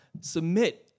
submit